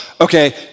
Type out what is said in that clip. okay